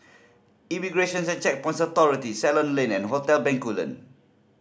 Immigrations and Checkpoints Authority Ceylon Lane and Hotel Bencoolen